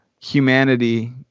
humanity